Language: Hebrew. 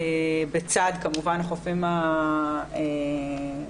בצד כמובן החופים הכלליים.